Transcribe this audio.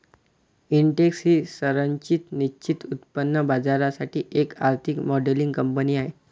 Intex ही संरचित निश्चित उत्पन्न बाजारासाठी एक आर्थिक मॉडेलिंग कंपनी आहे